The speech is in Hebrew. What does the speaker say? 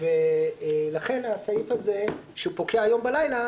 לכן הסעיף הזה שפוקע היום בלילה,